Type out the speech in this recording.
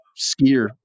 skier